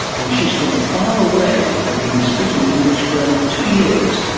and she is from far away, and been speaking english for only two years.